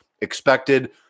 Expected